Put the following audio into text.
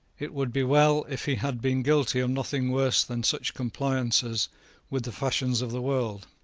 it would be well if he had been guilty of nothing worse than such compliances with the fashions of the world.